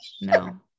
No